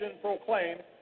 proclaimed